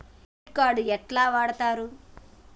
Debit card ఎట్లా వాడుతరు?